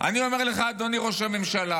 אני אומר לך, אדוני ראש הממשלה,